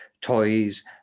toys